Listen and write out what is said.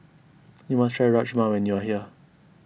you must try Rajma when you are here